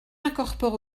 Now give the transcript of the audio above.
incorpore